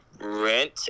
Rent